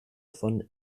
von